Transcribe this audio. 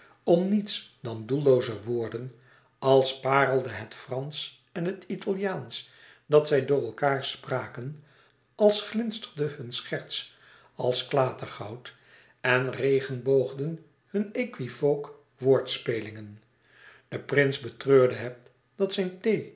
om niets dan doellooze woorden als parelde het fransch en het italiaansch dat zij door elkaâr spraken als glinsterde hun scherts als klatergoud en regenboogden hunne equivoque woordspelingen de prins betreurde het dat zijn